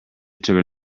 took